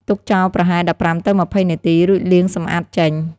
ទុកចោលប្រហែល ១៥ ទៅ ២០ នាទី រួចលាងសម្អាតចេញ។